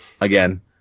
again